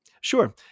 Sure